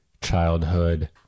childhood